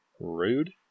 Rude